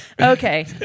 Okay